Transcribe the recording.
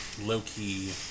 low-key